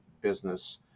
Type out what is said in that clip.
business